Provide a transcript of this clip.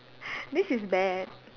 this is bad